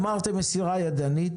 אמרתם מסירה ידנית,